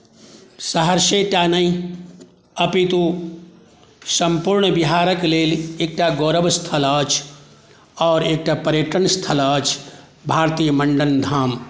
सहरसे टा नहि अपितु सम्पुर्ण बिहारके लेल एकटा गौरव स्थल अछि आओर एकटा पर्यटन स्थल अछि भारती मण्डन धाम